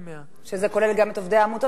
וזה כולל גם את עובדי העמותות.